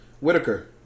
Whitaker